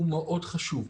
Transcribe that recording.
הוא מאוד חשוב.